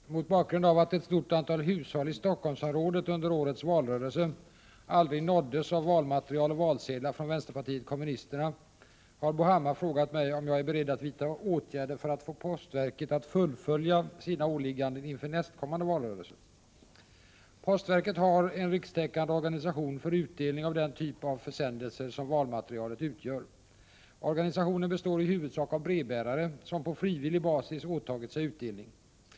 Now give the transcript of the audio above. Fru talman! Mot bakgrund av att ett stort antal hushåll i Stockholmsområdet under årets valrörelse aldrig nåddes av valmaterial och valsedlar från vänsterpartiet kommunisterna har Bo Hammar frågat mig om jag är beredd att vidta åtgärder för att få postverket att fullgöra sina åligganden inför nästkommande valrörelse. Postverket har en rikstäckande organisation för utdelning av den typ av försändelser som valmaterialet utgör. Organisationen består i huvudsak av brevbärare som på frivillig basis åtagit sig utdelning. I vissa distrikt i - Prot.